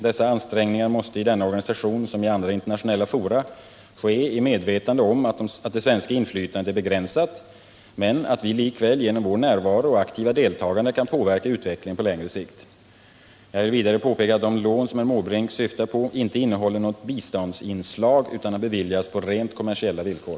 Dessa ansträngningar måste i denna organisation, som i andra internationella fora, ske i medvetande om att det svenska inflytandet är begränsat men att vi likväl genom vår närvaro och vårt aktiva deltagande kan påverka utvecklingen på längre sikt. Jag vill vidare påpeka att de lån som herr Måbrink syftar på inte innehåller något biståndsinslag utan har beviljats på rent kommersiella villkor.